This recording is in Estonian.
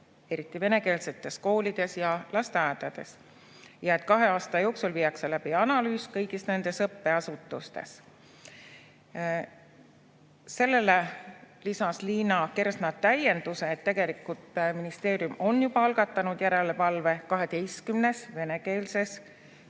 eriti venekeelsetes koolides ja lasteaedades. Ja kahe aasta jooksul viiakse läbi analüüs kõigis nendes õppeasutustes. Sellele lisas Liina Kersna täienduse, et tegelikult ministeerium on juba algatanud järelevalve 12 venekeelses